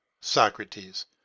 Socrates